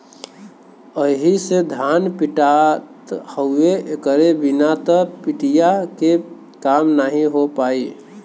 एही से धान पिटात हउवे एकरे बिना त पिटिया के काम नाहीं हो पाई